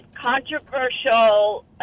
controversial